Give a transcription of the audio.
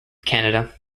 canada